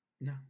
no